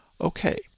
Okay